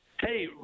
hey